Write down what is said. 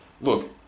look